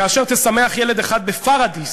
כאשר תשמח ילד אחד בפוריידיס,